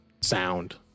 sound